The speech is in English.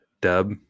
dub